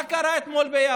מה קרה אתמול ביפו?